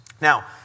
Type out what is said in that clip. Now